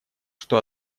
что